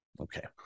Okay